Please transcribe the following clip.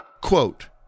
Quote